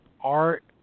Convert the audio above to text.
art